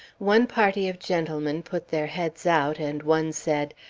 one party of gentlemen put their heads out and one said,